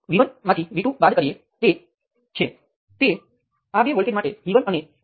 આપણે જાણીએ છીએ કે Ix એ R23 જે R23 વડે વિભાજિત થયેલ છે જે અલબત્ત V2 V3 ગુણ્યા G23 જેવું છે